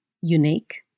unique